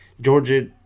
Georgia